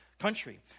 country